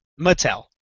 Mattel